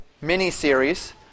mini-series